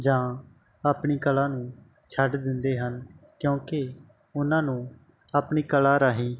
ਜਾਂ ਆਪਣੀ ਕਲਾ ਨੂੰ ਛੱਡ ਦਿੰਦੇ ਹਨ ਕਿਉਂਕਿ ਉਹਨਾਂ ਨੂੰ ਆਪਣੀ ਕਲਾ ਰਾਹੀਂ